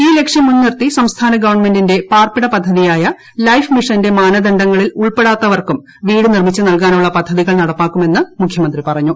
ഈ ലക്ഷ്യം മുൻനിർത്തി സംസ്ഥാന ഗവൺമെന്റിന്റെ പാർപ്പിട ഷദ്ധ്യതിയായ ലൈഫ് മിഷന്റെ മാനദണ്ഡങ്ങളിൽ ഉൾപ്പെടാത്തവർക്കും വീട് നിർമിച്ചു നൽകാനുള്ള പദ്ധതികൾ നടപ്പിലാക്കുമെന്നും മുഷ്യമുന്ത്രീ പറഞ്ഞു